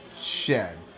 shed